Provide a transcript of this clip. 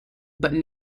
but